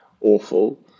awful